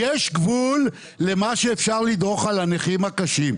גבול לכמה שאפשר לדרוך על הנכים הקשים.